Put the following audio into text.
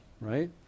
right